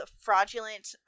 fraudulent